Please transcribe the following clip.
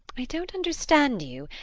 i don't understand you.